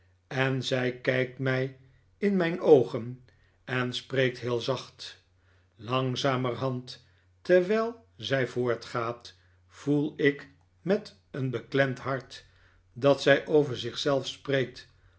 en zij kijkt mij in mijn oogen en spreekt heel zacht larigzamerhand terwijl zij voortgaat voel ik met een beklemd hart dat zij over zich zelf spreekt